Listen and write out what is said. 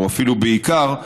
או אפילו בעיקר,